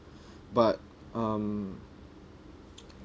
but um